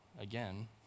Again